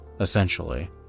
essentially